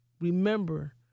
remember